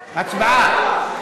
הצבעה.